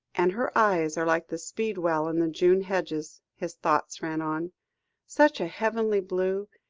and her eyes are like the speedwell in the june hedges, his thoughts ran on such a heavenly blue,